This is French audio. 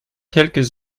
quelques